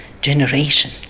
generation